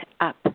Up